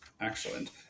Excellent